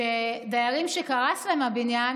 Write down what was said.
דיירים שקרס להם הבניין